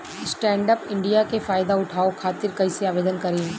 Stand up India के फाइदा उठाओ खातिर कईसे आवेदन करेम?